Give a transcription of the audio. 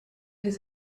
his